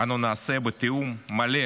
אנו נעשה בתיאום מלא